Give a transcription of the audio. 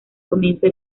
comienzo